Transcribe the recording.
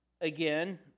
again